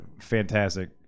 fantastic